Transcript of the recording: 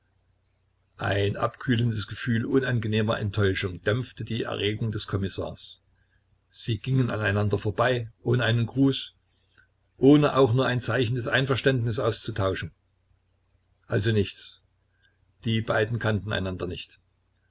ein abkühlendes gefühl unangenehmer enttäuschung dämpfte die erregung des kommissars sie gingen aneinander vorbei ohne einen gruß ohne auch nur ein zeichen des einverständnisses auszutauschen also nichts die beiden kannten einander nicht